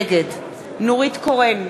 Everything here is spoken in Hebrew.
נגד נורית קורן,